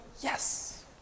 yes